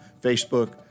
Facebook